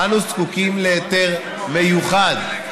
אנו זקוקים להיתר מיוחד.